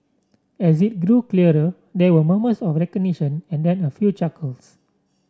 as it grew clearer there were murmurs of recognition and then a few chuckles